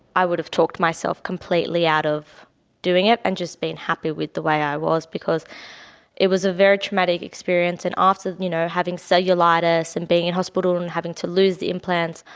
i would have talked myself completely out of doing it and just been happy with the way i was because it was a very traumatic experience. and after you know having cellulitis and being in hospital and having to lose the implants,